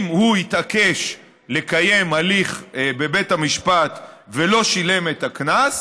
אם הוא התעקש לקיים הליך בבית המשפט ולא שילם את הקנס,